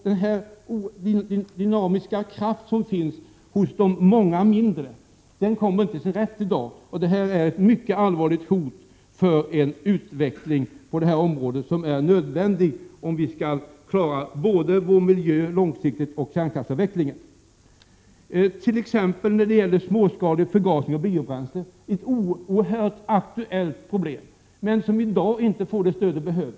Den dynamiska kraft som finns hos de många mindre aktörerna kommer inte till sin rätt i dag. Detta utgör ett mycket allvarligt hot mot en utveckling på detta område som är nödvändig om vi långsiktigt skall klara miljön och kärnkraftsavvecklingen. Småskalig förgasning av biobränslen är t.ex. ett oerhört aktuellt problem som i dag inte får det stöd som behövs.